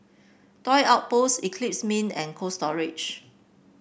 Toy Outpost Eclipse Mint and Cold Storage